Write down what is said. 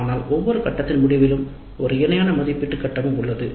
ஆனால் ஒரு இணையான மதிப்பீட்டு கட்டமும் உள்ளது